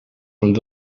van